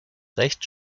recht